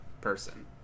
person